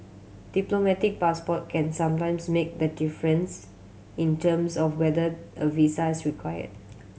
diplomatic passport can sometimes make the difference in terms of whether a visa is required